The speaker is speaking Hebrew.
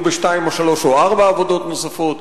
בשתיים או שלוש או ארבע עבודות נוספות.